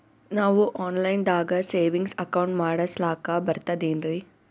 ನಾವು online ದಾಗ savings account ಮಾಡಸ್ಲಾಕ ಬರ್ತದೇನ್ರಿ?